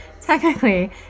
technically